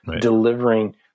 delivering